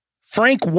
Frank